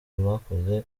rwakoze